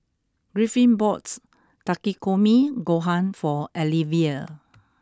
Griffin bought Takikomi Gohan for Alivia